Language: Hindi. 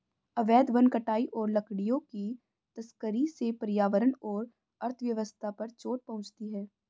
अवैध वन कटाई और लकड़ियों की तस्करी से पर्यावरण और अर्थव्यवस्था पर चोट पहुँचती है